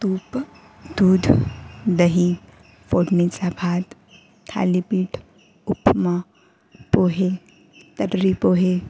तूप दूध दही फोडणीचा भात थालीपीठ उपमा पोहे तर्री पोहे